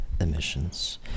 emissions